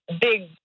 big